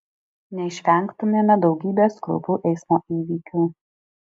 neišvengtumėme daugybės kraupių eismo įvykių